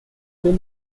still